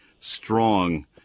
strong